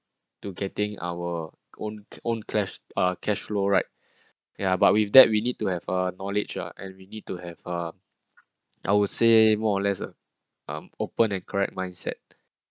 to getting our own own clashed a cash flow right ya but with that we need to have a knowledge ah and we need to have uh I would say more or less are open and correct mindset